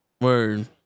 Word